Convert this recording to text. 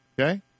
Okay